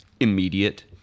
immediate